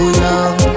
young